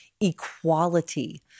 equality